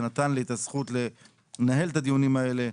שנתן לי את הזכות לנהל את הדיונים האלה.